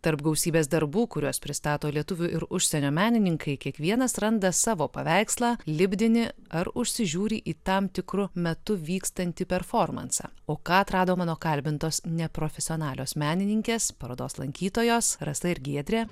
tarp gausybės darbų kuriuos pristato lietuvių ir užsienio menininkai kiekvienas randa savo paveikslą lipdinį ar užsižiūri į tam tikru metu vykstantį performansą o ką atrado mano kalbintos neprofesionalios menininkės parodos lankytojos rasa ir giedrė